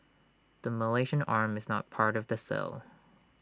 the Malaysian arm is not part of the sale